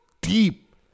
deep